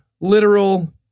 literal